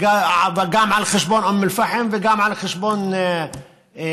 וגם על חשבון אום אל-פחם וגם על חשבון נתיבות